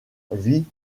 vit